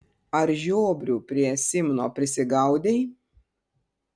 ar žiobrių prie simno prisigaudei